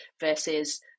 versus